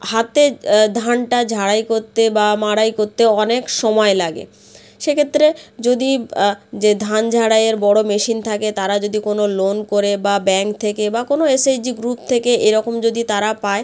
হাতে ধানটা ঝাড়াই করতে বা মাড়াই করতে অনেক সময় লাগে সেক্ষেত্রে যদি যে ধান ঝাড়াইয়ের বড় মেশিন থাকে তারা যদি কোনো লোন করে বা ব্যাংক থেকে বা কোনো এসএইচজি গ্রুপ থেকে এরকম যদি তারা পায়